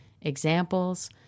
examples